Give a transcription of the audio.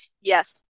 Yes